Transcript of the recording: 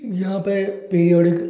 यहाँ पे पिरियोडिक